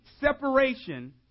separation